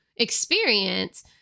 experience